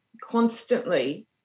constantly